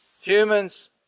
humans